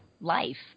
life